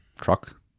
truck